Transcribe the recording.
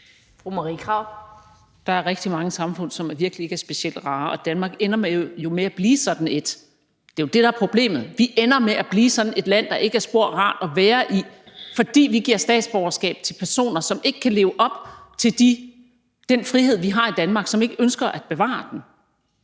Der er rigtig mange samfund, som virkelig ikke er specielt rare, og Danmark ender jo med at blive sådan et. Det er jo det, der er problemet. Vi ender med at blive sådan et land, der ikke er spor rart at være i, fordi vi giver statsborgerskab til personer, som ikke kan leve op til den frihed, vi har i Danmark, og som ikke ønsker at bevare den.